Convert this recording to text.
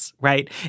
Right